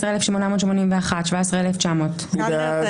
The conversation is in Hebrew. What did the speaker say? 17,521 עד 17,540. מי בעד?